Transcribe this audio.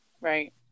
Right